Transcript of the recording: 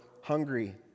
hungry